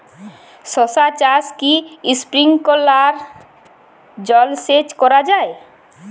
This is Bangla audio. শশা চাষে কি স্প্রিঙ্কলার জলসেচ করা যায়?